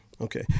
okay